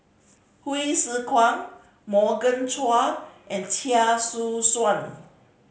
Hsu Tse Kwang Morgan Chua and Chia Choo Suan